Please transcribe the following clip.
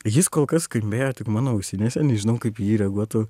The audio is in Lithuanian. jis kol kas skambėjo tik mano ausinėse nežinau kaip į jį reaguotų